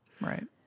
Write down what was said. Right